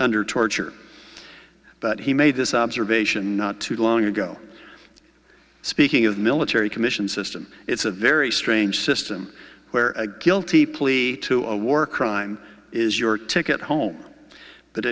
under torture but he made this observation not too long ago speaking of the military commission system it's a very strange system where a guilty plea to a war crime is your ticket home but